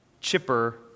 chipper